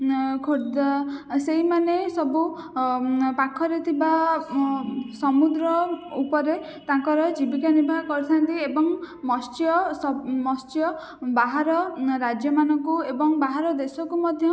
ନା ଖୋର୍ଦ୍ଧା ଆ ସେଇମାନେ ସବୁ ପାଖରେ ଥିବା ସମୁଦ୍ର ଉପରେ ତାଙ୍କର ଜୀବିକା ନିର୍ବାହ କରିଥାନ୍ତି ଏବଂ ମତ୍ସ୍ୟ ମତ୍ସ୍ୟ ବାହାର ରାଜ୍ୟମାନଙ୍କୁ ଏବଂ ବାହାର ଦେଶକୁ ମଧ୍ୟ